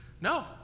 No